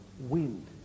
wind